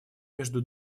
между